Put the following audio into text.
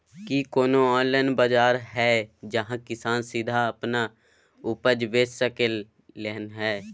की कोनो ऑनलाइन बाजार हय जहां किसान सीधा अपन उपज बेच सकलय हन?